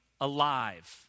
alive